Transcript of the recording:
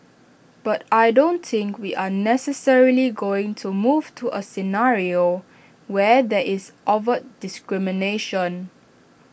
but I don't think we are necessarily going to move to A scenario where there is overt discrimination